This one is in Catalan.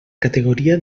categoria